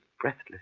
breathless